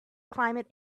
climate